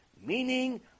Meaning